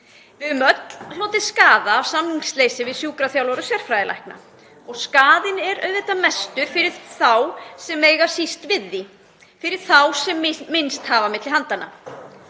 Við höfum öll hlotið skaða af samningsleysi við sjúkraþjálfara og sérfræðilækna og skaðinn er auðvitað mestur fyrir þá sem mega síst við því, fyrir þá sem minnst hafa á milli handanna.